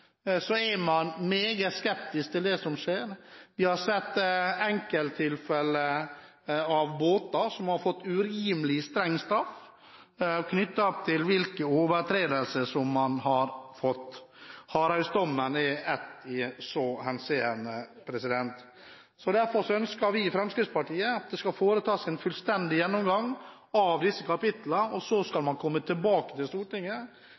er meget skeptiske til det som skjer. Vi har sett enkelttilfeller av båter som har fått urimelig streng straff knyttet til hvilke overtredelser man har gjort. Hardhaus-dommen er i så henseende ett av dem. Derfor ønsker vi i Fremskrittspartiet at det skal foretas en fullstendig gjennomgang av disse kapitlene, og så skal man komme tilbake til Stortinget